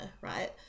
right